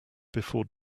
before